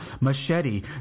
machete